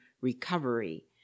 recovery